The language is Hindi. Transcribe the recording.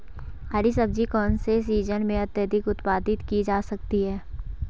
हरी सब्जी कौन से सीजन में अत्यधिक उत्पादित की जा सकती है?